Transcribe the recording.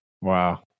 Wow